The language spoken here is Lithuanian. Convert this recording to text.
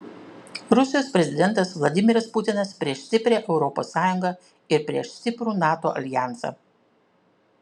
rusijos prezidentas vladimiras putinas prieš stiprią europos sąjungą ir prieš stiprų nato aljansą